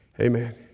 amen